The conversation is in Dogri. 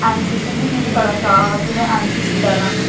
एन सी सी बी मिगी बड़ा चाऽ हा कि में एन सी सी करां